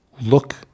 look –